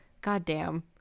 Goddamn